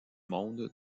monde